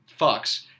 fucks